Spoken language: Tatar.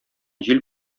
җил